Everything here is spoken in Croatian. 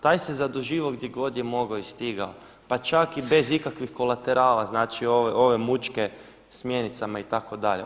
Taj se zaduživao gdje god je mogao i stigao, pa čak i bez ikakvih kolaterala, znači ove mučke s mjenicama itd.